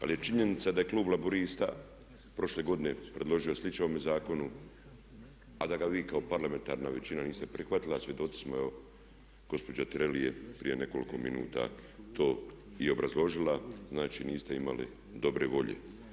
Ali je činjenica da je klub Laburista prošle godine predložio slično ovome zakonu, a da ga vi kao parlamentarna većina niste prihvatili a svjedoci smo evo gospođa Tireli je prije nekoliko minuta to i obrazložila znači niste imali dobre volje.